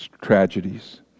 tragedies